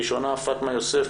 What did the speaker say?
ראשונה פאטמה יוסף,